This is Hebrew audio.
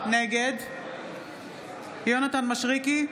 נגד יונתן מישרקי,